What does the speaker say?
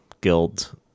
guild